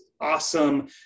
awesome